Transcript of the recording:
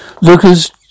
Lucas